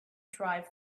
drive